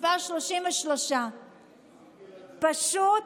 33. פשוט